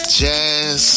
jazz